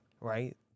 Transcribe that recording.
right